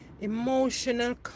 emotional